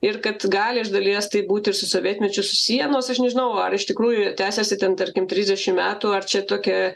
ir kad gali iš dalies tai būti ir su sovietmečiu susiję nors aš nežinau ar iš tikrųjų tęsiasi ten tarkim trisdešimt metų ar čia tokia